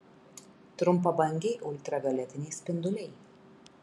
trumpabangiai ultravioletiniai spinduliai